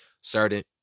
certain